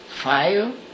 Five